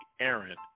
Aaron